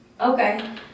Okay